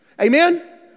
Amen